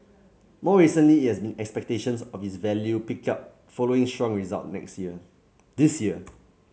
more recently it has been expectations of its value pick up following strong result next year this year